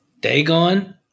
Dagon